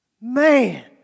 man